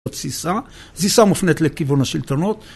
תסיסה מופנית לכיוון השלטונות